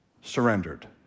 surrendered